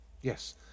Yes